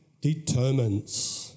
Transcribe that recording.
determines